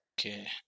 Okay